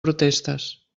protestes